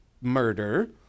murder